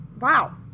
Wow